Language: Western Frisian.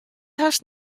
hast